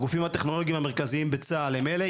הגופים הטכנולוגים המרכזיים בצה"ל הם אלה.